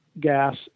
gas